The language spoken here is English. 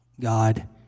God